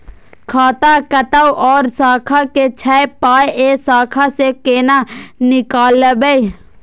खाता कतौ और शाखा के छै पाय ऐ शाखा से कोना नीकालबै?